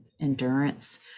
endurance